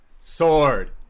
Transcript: sword